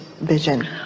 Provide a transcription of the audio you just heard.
vision